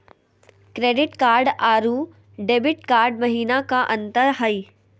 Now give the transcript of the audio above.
Credit card अरू debit card महिना का अंतर हई?